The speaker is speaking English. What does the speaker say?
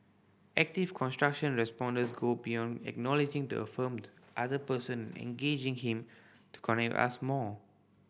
active construction responding go beyond acknowledging to affirmed the other person and engaging him to connect us more